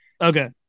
Okay